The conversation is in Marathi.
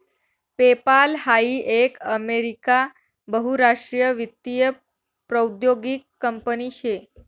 पेपाल हाई एक अमेरिका बहुराष्ट्रीय वित्तीय प्रौद्योगीक कंपनी शे